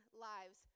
lives